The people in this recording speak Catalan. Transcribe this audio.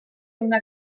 una